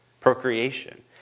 procreation